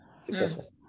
successful